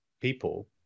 people